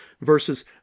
versus